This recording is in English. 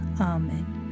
Amen